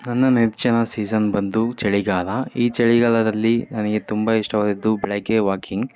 ನನ್ನ ನೆಚ್ಚಿನ ಸೀಸನ್ ಬಂದು ಚಳಿಗಾಲ ಈ ಚಳಿಗಾಲದಲ್ಲಿ ನನಗೆ ತುಂಬ ಇಷ್ಟವಾಗಿದ್ದು ಬೆಳಿಗ್ಗೆ ವಾಕಿಂಗ್